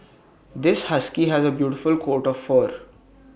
this husky has A beautiful coat of fur